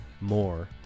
more